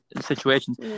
situations